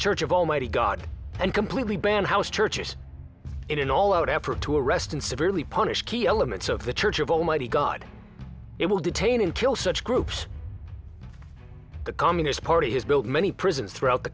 church of almighty god and completely ban house churches in an all out effort to arrest and severely punished key elements of the church of almighty god it will detain and kill such groups the communist party has built many prisons throughout the